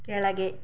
ಕೆಳಗೆ